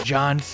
John